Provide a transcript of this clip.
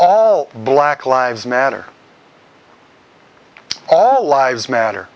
all black lives matter all lives matter